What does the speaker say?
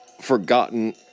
forgotten